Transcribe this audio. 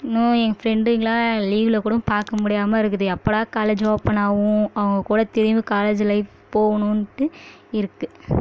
இன்னும் என் ஃப்ரெண்டுங்கள்லாம் லீவில் கூடும் பார்க்க முடியாமல் இருக்குது எப்படா காலேஜ்ஜு ஓப்பன் ஆகும் அவங்ககூட திரும்பியும் காலேஜ் லைஃப் போகனுன்ட்டு இருக்குது